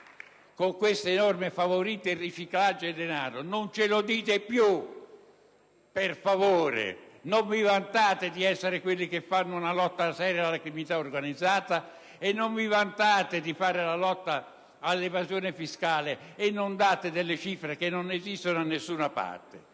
con queste norme favorite il riciclaggio del denaro. Non lo dite più, per favore! Non vi vantate di essere quelli che fanno una lotta seria alla criminalità organizzata; non vi vantate di fare la lotta all'evasione fiscale, e non date cifre che non esistono da nessuna parte.